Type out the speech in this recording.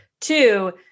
Two